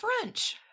French